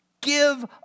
Give